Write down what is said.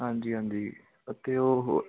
ਹਾਂਜੀ ਹਾਂਜੀ ਅਤੇ ਉਹ